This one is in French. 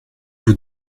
vous